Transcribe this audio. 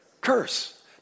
Curse